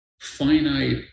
finite